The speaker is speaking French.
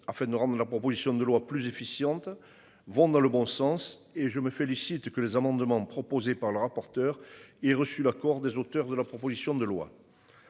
afin de Rome de la proposition de loi plus efficiente vont dans le bon sens et je me félicite que les amendements proposés par le rapporteur et reçu l'accord des auteurs de la proposition de loi.